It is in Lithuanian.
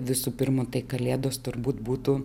visų pirma tai kalėdos turbūt būtų